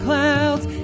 clouds